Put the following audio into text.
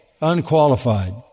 unqualified